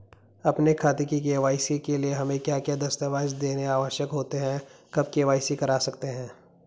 अपने खाते की के.वाई.सी के लिए हमें क्या क्या दस्तावेज़ देने आवश्यक होते हैं कब के.वाई.सी करा सकते हैं?